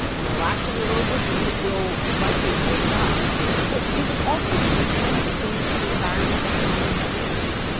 and relaxing the roadless rule will likely create jobs but it would also do the kinds of things to the environment that tony fears.